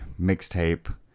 mixtape